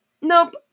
Nope